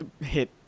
hit